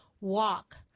walk